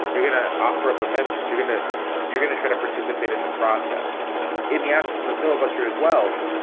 you're going to offer up amendments. you're going to you're going to try to participate in the process in the absence of a filibuster as well.